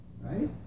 Right